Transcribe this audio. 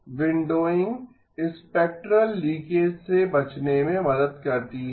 windowing spectral leakage से बचने में मदद करती है